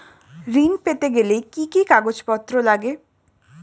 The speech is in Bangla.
ঋণ পেতে গেলে কি কি কাগজপত্র লাগে?